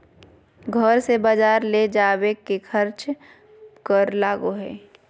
घर से बजार ले जावे के खर्चा कर लगो है?